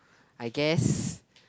I guess